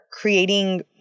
creating